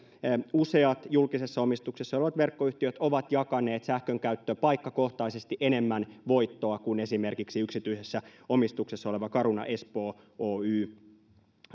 useat julkisessa omistuksessa olevat verkkoyhtiöt ovat jakaneet sähkönkäyttöpaikkakohtaisesti enemmän voittoa kuin esimerkiksi yksityisessä omistuksessa oleva caruna espoo oy